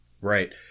Right